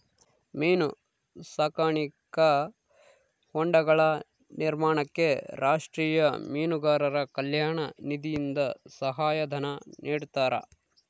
ಮೀನು ಸಾಕಾಣಿಕಾ ಹೊಂಡಗಳ ನಿರ್ಮಾಣಕ್ಕೆ ರಾಷ್ಟೀಯ ಮೀನುಗಾರರ ಕಲ್ಯಾಣ ನಿಧಿಯಿಂದ ಸಹಾಯ ಧನ ನಿಡ್ತಾರಾ?